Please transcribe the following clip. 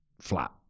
flat